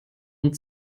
und